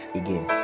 again